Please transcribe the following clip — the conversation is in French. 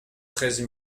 treize